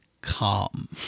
calm